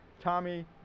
Tommy